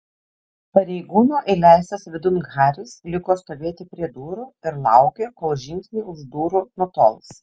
pareigūno įleistas vidun haris liko stovėti prie durų ir laukė kol žingsniai už durų nutols